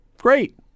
great